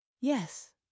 Yes